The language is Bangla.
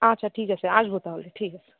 আচ্ছা ঠিক আছে আসবো তাহলে ঠিক আছে